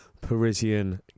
Parisian